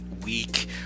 week